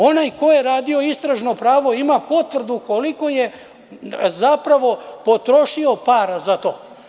Onaj ko je radio istražno pravo ima potvrdu koliko je zapravo potrošio para za to.